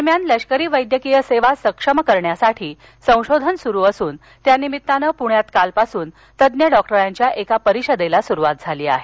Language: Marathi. दरम्यान लष्करी वैद्यकीय सेवा सक्षम करण्यासाठी संशोधन सुरु असून त्यानिमित्ताने पुण्यात कालपासून तज्ञ डॉक्टरांच्या एका परिषदेला सुरुवात झाली आहे